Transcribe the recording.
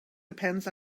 depends